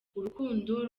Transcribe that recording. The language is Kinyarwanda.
urukundo